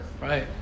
Right